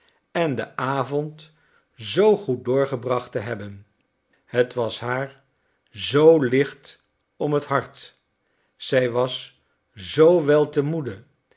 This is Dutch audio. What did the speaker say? en den avond zoo goed doorgebracht te hebben het was haar zoo licht om het hart zij was zoo wel te moede